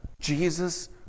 Jesus